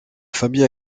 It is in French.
famille